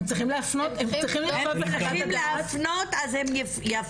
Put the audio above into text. הם צריכים להפנות --- אם הם צריכים להפנות אז הם יפנו,